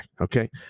okay